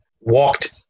walked